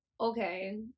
Okay